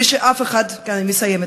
אני מסיימת,